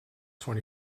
twenty